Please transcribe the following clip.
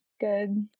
good